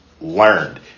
learned